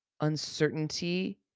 Uncertainty